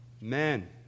Men